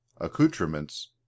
accoutrements